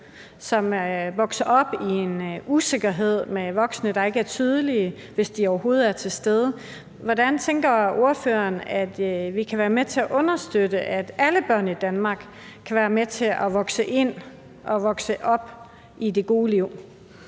som vokser op i en usikkerhed med voksne, der ikke er tydelige, hvis de overhovedet er til stede. Hvordan tænker ordføreren, at vi kan være med til at understøtte, at alle børn i Danmark kan være med til at vokse ind og vokse op i det gode liv?